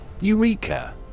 Eureka